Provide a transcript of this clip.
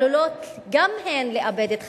עלולות גם הן לאבד את חייהן.